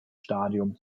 stadium